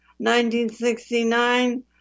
1969